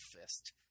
fist